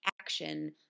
action